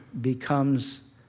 becomes